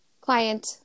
client